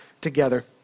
together